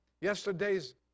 Yesterday's